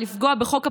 לפגוע בחוק הפיקדון,